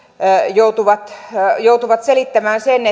joutuvat joutuvat selittämään sen